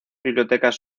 bibliotecas